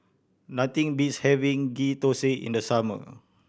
nothing beats having Ghee Thosai in the summer